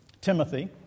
Timothy